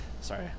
sorry